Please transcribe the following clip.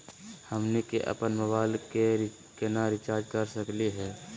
हमनी के अपन मोबाइल के केना रिचार्ज कर सकली हे?